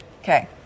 Okay